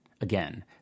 again